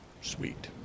Sweet